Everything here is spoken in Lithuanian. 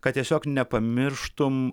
kad tiesiog nepamirštum